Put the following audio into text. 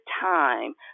time